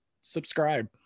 subscribe